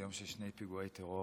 זה יום של שני פיגועי טרור,